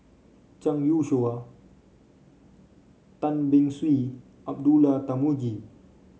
Zhang Youshuo Tan Beng Swee Abdullah Tarmugi